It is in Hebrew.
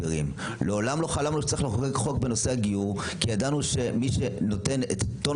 מעולם לא חלמנו שצריך לחוקק חוק בנושא הגיור כי ידענו שמי שנותן את טון